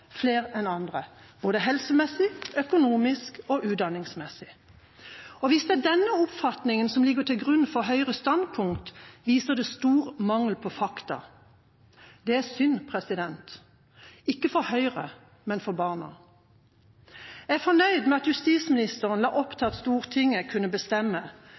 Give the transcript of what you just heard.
flere enn andre, både helsemessig, økonomisk og utdanningsmessig. Hvis det er denne oppfatninga som ligger til grunn for Høyres standpunkt, viser det stor mangel på fakta. Det er synd – ikke for Høyre, men for barna. Jeg er fornøyd med at justisministeren la opp til at Stortinget kunne bestemme,